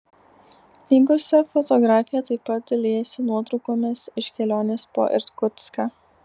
knygose fotografė taip pat dalijasi nuotraukomis iš kelionės po irkutską